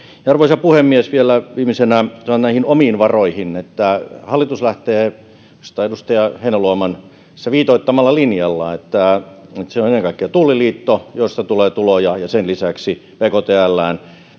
arvoisa puhemies vielä viimeisenä sanon näihin omiin varoihin että hallitus lähtee oikeastaan edustaja heinäluoman tässä viitoittamalla linjalla että se on ennen kaikkea tulliliitto josta tulee tuloja ja sen lisäksi bktlään